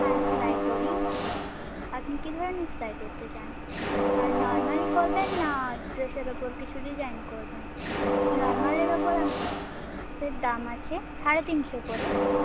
হ্যাঁ সেলাই করি আপনি কী ধরনের সেলাই করতে চান আর নর্মালি করবেন না ড্রেসের ওপর কিছু ডিজাইন করবেন নর্মালের ওপর দাম আছে সাড়ে তিনশো করে